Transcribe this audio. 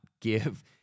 give